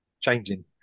changing